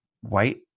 white